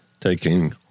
taking